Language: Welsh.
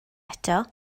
eto